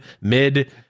mid